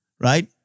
Right